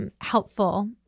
helpful